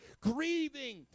grieving